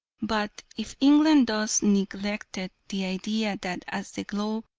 but if england thus neglected the idea that as the globe,